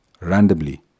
randomly